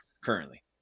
currently